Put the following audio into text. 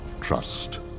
trust